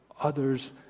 others